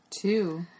Two